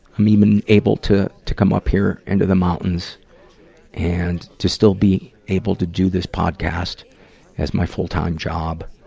um even able to, to come up here into the mountains and to still be able to do this podcast as my full-time job.